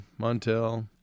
Montel